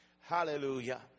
Hallelujah